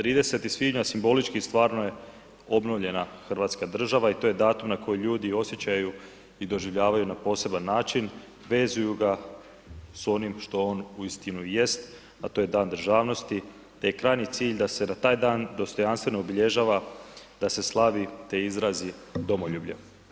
30. svibnja simbolički stvarno je obnovljena hrvatska država i to je datum na koji ljudi osjećaju i doživljaju na poseban način, vezuju ga s onim što on uistinu jest a to je Dan državnosti te je krajnji cilj da se na taj dan dostojanstveno obilježava da se slavi te izrazi domoljublje.